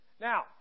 Now